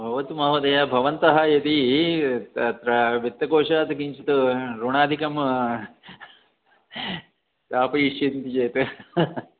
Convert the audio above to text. भवतु महोदय भवन्तः यदी तत्र वित्तकोशात् किञ्चित् ऋणादिकं प्रापयिष्यन्ति चेत्